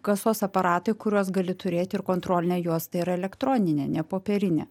kasos aparatai kuriuos gali turėti ir kontrolinę juostą ir elektroninę ne popierinę